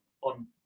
on